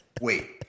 Wait